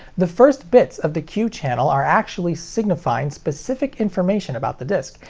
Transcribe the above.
the first bits of the q channel are actually signifying specific information about the disc,